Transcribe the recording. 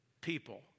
people